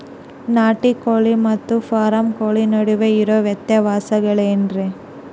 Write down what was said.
ನಾಟಿ ಕೋಳಿ ಮತ್ತ ಫಾರಂ ಕೋಳಿ ನಡುವೆ ಇರೋ ವ್ಯತ್ಯಾಸಗಳೇನರೇ?